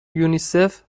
یونیسف